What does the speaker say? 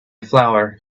flower